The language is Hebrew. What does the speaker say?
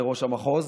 לראש המחוז,